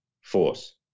force